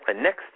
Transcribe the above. Next